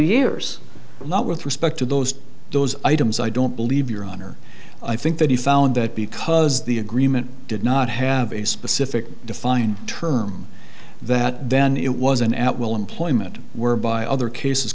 years but with respect to those those items i don't believe your honor i think that he found that because the agreement did not have a specific defined term that then it was an at will employment were by other cases